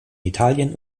italien